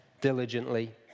diligently